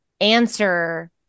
answer